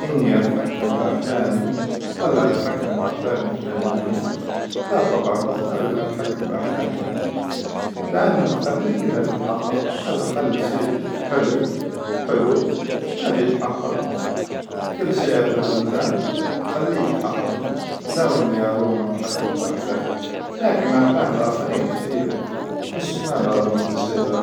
إني أتحكم بأحلامي ولا أتحكم بأحلام الثانيين؟ لا طبعا باختار إني أتحكم بأحلامي أنا، لأن بخليها كلها تتحقق، ما بخلي شي حلم حلو ما بيتحقق كل شي أتمناه بخليه يتحقق، لو إني أروم أتحكم بأحلامي، لكن أحلام الآخرين كثيرة وش ما باغى منها شي ترى.